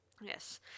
Yes